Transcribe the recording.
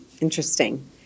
Interesting